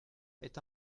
est